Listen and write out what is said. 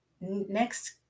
Next